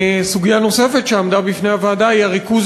סוגיה נוספת שעמדה בפני הוועדה היא הריכוז